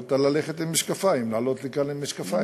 יכולתי לעלות לכאן עם משקפיים.